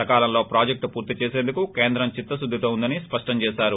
సకాలంలో ప్రాజెక్టు పూర్తి చేసందుకు కేంద్రం చిత్తకుద్దితో ఉందని స్పష్టం చేశారు